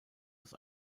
aus